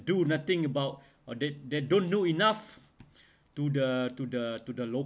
do nothing about or that they don't know enough to the to the to the